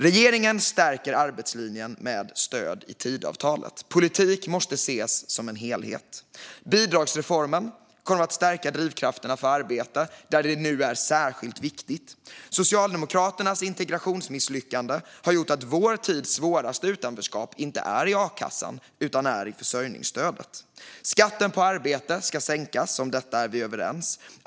Regeringen stärker arbetslinjen med stöd i Tidöavtalet. Politik måste ses som en helhet. Bidragsreformen kommer att stärka drivkrafterna för arbete där det nu är särskilt viktigt, då Socialdemokraternas integrationsmisslyckande har gjort att vår tids svåraste utanförskap inte är i a-kassan utan i försörjningsstödet. Skatten på arbete ska sänkas; om detta är vi överens.